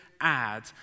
add